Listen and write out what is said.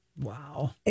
Wow